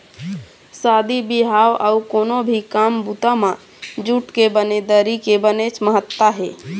शादी बिहाव अउ कोनो भी काम बूता म जूट के बने दरी के बनेच महत्ता हे